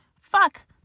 Fuck